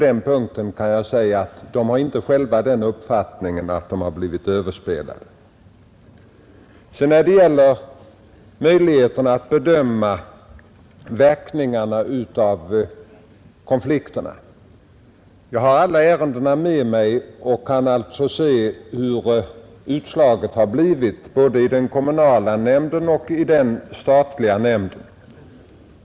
De har alltså inte själva den uppfattningen att de har blivit överspelade. När det gäller möjligheterna att bedöma verkningarna av konflikterna vill jag säga att jag har alla ärendena med mig och alltså kan se hur utslagen blivit både i den kommunala nämnden och i den statliga nämnden.